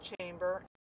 chamber